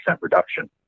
reduction